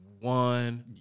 One